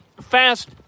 Fast